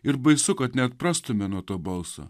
ir baisu kad neatprastumei nuo to balso